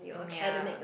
ya